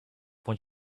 what